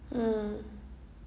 mm